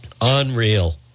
unreal